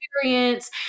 experience